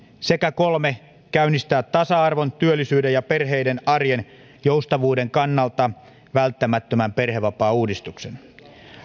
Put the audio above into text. sekä kolme käynnistää tasa arvon työllisyyden ja perheiden arjen joustavuuden kannalta välttämättömän perhevapaauudistuksen